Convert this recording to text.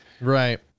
Right